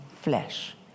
flesh